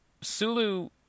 Sulu